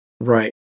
Right